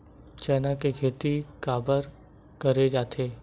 चना के खेती काबर करे जाथे?